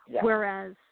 Whereas